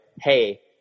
Hey